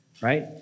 Right